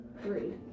three